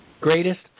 Greatest